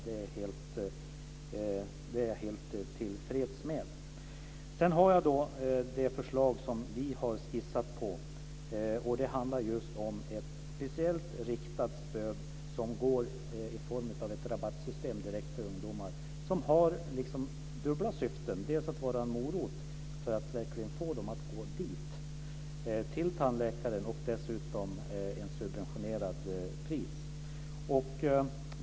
Det är jag helt tillfreds med. Sedan kan jag ta upp det förslag som vi har skissat på. Det handlar just om ett speciellt riktat stöd, som går i form av ett rabattsystem direkt till ungdomar. Det har dubbla syften. Det ska dels vara en morot för att verkligen få dem att gå till tandläkaren, dels innebära ett subventionerat pris.